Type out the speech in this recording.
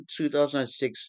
2006